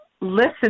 listen